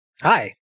Hi